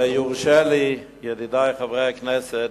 ויורשה לי, ידידי חברי הכנסת,